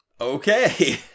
Okay